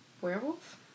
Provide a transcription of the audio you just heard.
Werewolf